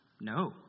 No